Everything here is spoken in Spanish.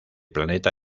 planeta